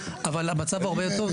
אבל המצב הוא הרבה יותר טוב.